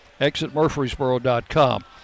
exitmurfreesboro.com